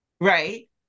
Right